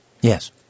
Yes